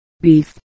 Beef